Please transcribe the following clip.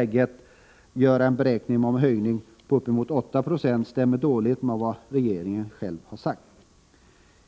Att göra en beräkning som motsvarar en höjning på uppemot 8 I stämmer dåligt med vad regeringen själv har sagt.